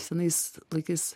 senais laikais